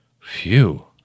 Phew